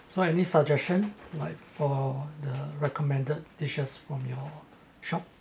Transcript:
so any suggestion like for the recommended dishes from your shop